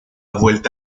vuelta